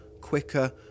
quicker